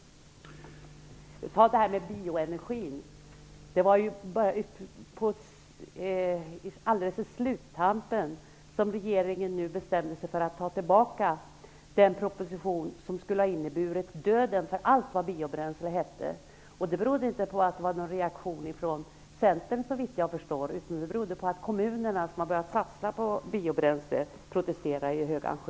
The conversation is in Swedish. Låt mig bara peka på frågan om bioenergin. Regeringen bestämde sig alldeles på sluttampen för att dra tillbaka den proposition som skulle ha inneburit stopp för alla tankar på biobränsle. Det berodde såvitt jag förstår inte på någon reaktion från Centern utan på att kommunerna, som har börjat satsa på biobränsle, protesterade i högan sky.